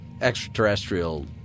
extraterrestrial